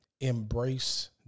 embrace